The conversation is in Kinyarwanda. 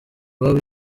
iwabo